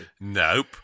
nope